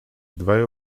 dwaj